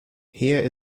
here